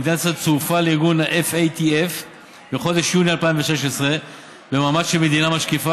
מדינת ישראל צורפה לארגון FATF בחודש יוני 2016 במעמד של מדינה משקיפה.